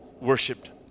worshipped